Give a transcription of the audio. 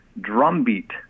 drumbeat